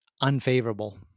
unfavorable